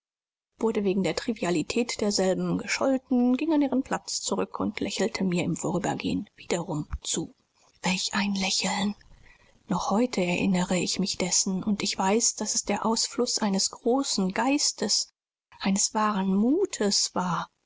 wurde wegen der trivialität derselben gescholten ging an ihren platz zurück und lächelte mir im vorübergehen wiederum zu welch ein lächeln noch heute erinnere ich mich dessen und ich weiß daß es der ausfluß eines großen geistes eines wahren mutes war